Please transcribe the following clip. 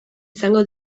izango